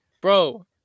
Bro